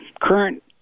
current